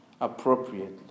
appropriately